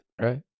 Right